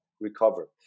recover